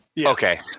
Okay